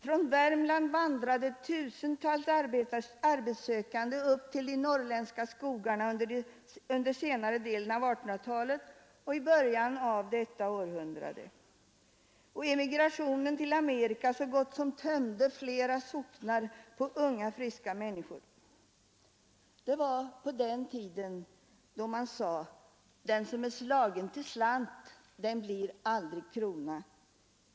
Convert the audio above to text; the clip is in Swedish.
Från Värmland vandrade tusentals arbetssökande upp till de norrländska skogarna under senare delen av 1800-talet och i början av detta århundrade. Emigrationen till Amerika så gott som tömde flera socknar på unga friska människor. Det var på den tiden då man sade: Den som är slagen till slant den blir aldrig krona.